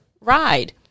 ride